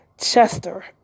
Chester